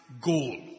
goal